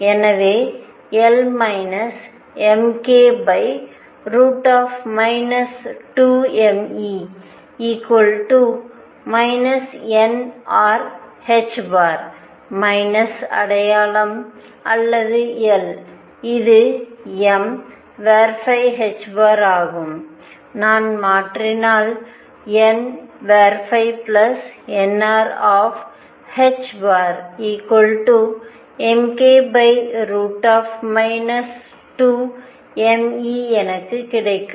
எனவே L mk 2mE nr minus அடையாளம் அல்லது L இதுm ஆகும் நான் மாற்றினால் nnrℏmk 2mE எனக்கு கிடைக்கும்